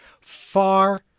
far